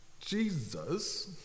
Jesus